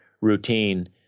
routine